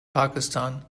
pakistan